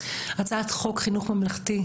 הצעת חוק חינוך ממלכתי,